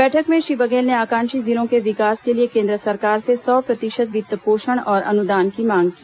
बैठक में श्री बघेल ने आकांक्षी जिलों के विकास के लिए केन्द्र सरकार से सौ प्रतिशत वित्त पोषण और अनुदान की मांग की